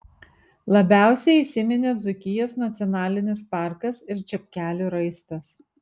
labiausiai įsiminė dzūkijos nacionalinis parkas ir čepkelių raistas